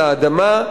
לאדמה,